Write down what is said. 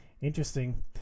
interesting